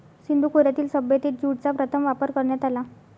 सिंधू खोऱ्यातील सभ्यतेत ज्यूटचा प्रथम वापर करण्यात आला